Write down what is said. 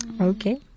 okay